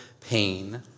pain